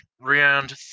Round